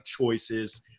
choices